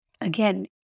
again